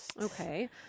Okay